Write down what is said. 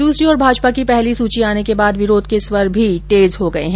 दूसरी ओर भाजपा की पहली सूची आने के बाद विरोध के स्वर भी तेज हो गये हैं